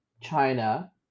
China